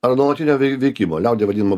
ar nuolatinio vei veikimo liaudyje vadinama